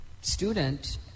student